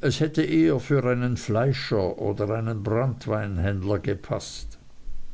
es hätte eher für einen fleischer oder einen branntweinhändler gepaßt